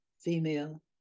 female